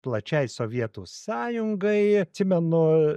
plačiai sovietų sąjungai atsimenu